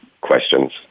questions